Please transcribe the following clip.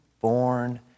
born